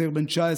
צעיר בן 19,